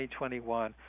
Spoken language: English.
2021